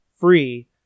free